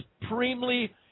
supremely